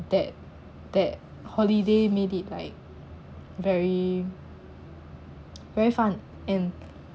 that that holiday made it like very very fun and